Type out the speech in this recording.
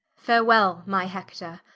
farewell my hector,